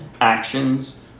actions